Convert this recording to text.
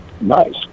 Nice